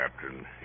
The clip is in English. Captain